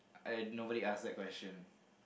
and nobody asked that question